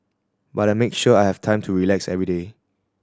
but I make sure I have time to relax every day